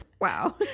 Wow